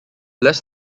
less